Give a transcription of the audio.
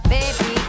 Baby